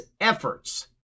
efforts